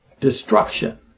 destruction